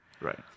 right